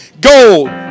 gold